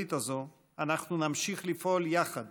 היסודית הזאת אנחנו נמשיך לפעול יחד